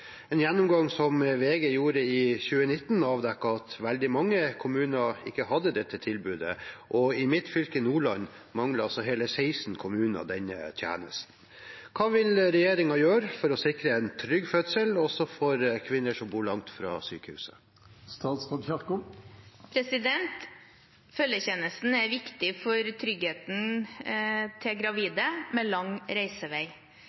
En gjennomgang VG gjorde i 2019 avdekket at veldig mange kommuner ikke hadde dette. I mitt fylke, Nordland manglet 16 kommuner denne tjenesten. Hva vil regjeringen gjøre for å sikre en trygg fødsel også for kvinner som bor langt fra sykehuset?» Følgetjenesten er viktig for tryggheten til gravide med lang reisevei.